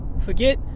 Forget